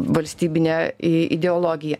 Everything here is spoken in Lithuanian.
valstybinė ideologija